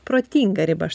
protingą riba aš